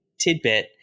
tidbit